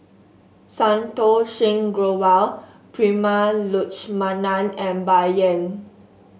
Santokh Singh Grewal Prema Letchumanan and Bai Yan